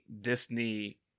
Disney